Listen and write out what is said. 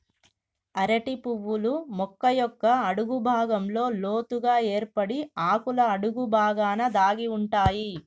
అరటి పువ్వులు మొక్క యొక్క అడుగు భాగంలో లోతుగ ఏర్పడి ఆకుల అడుగు బాగాన దాగి ఉంటాయి